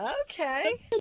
Okay